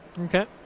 Okay